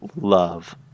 love